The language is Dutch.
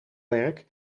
werk